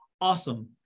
awesome